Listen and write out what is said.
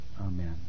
Amen